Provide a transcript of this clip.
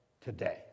today